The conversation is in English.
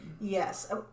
Yes